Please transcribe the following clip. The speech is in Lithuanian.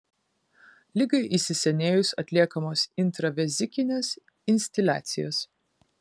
ligai įsisenėjus atliekamos intravezikinės instiliacijos